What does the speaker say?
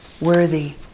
worthy